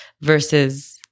versus